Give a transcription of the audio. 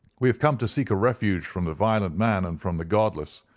we have come to seek a refuge from the violent man and from the godless,